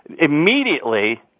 Immediately